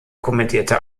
kommentierte